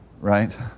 right